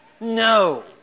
No